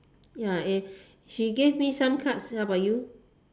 ya eh she gave me some cards how about you